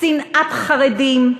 שנאת חרדים,